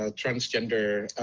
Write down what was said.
um transgender